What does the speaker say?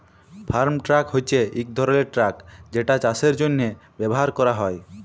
farm truck হছে ইক ধরলের ট্রাক যেটা চাষের জ্যনহে ব্যাভার ক্যরা হ্যয়